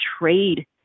trade